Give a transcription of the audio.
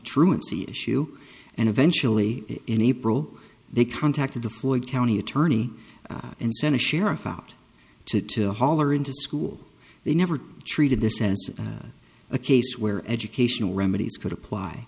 truancy issue and eventually in april they contacted the floyd county attorney and sent a sheriff out to hollerin to school they never treated this as a case where educational remedies could apply